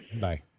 Bye